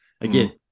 Again